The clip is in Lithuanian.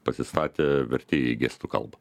pasistatė vertėją į gestų kalbą